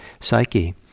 psyche